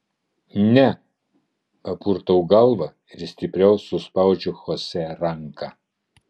ne papurtau galvą ir stipriau suspaudžiu chosė ranką